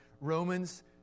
Romans